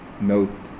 note